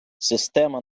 система